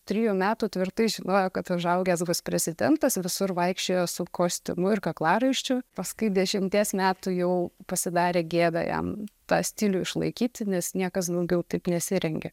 trijų metų tvirtai žinojo kad užaugęs bus prezidentas visur vaikščiojo su kostiumu ir kaklaraiščiu paskui dešimties metų jau pasidarė gėda jam tą stilių išlaikyti nes niekas daugiau taip nesirengia